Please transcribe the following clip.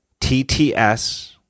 TTS